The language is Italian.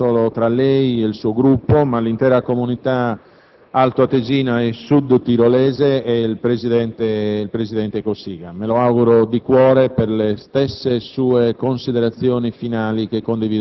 tradizioni locali. Siamo stupiti, e con me anche tutti i sudtirolesi, per la presa di posizione del senatore Francesco Cossiga. Il presidente Cossiga è sempre stato un grande amico del Sud-Tirolo,